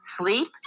sleep